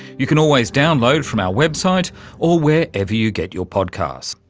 you can always download from our website or wherever you get your podcasts.